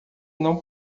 não